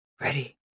Ready